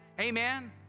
Amen